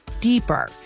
deeper